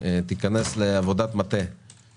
מי איש הקשר?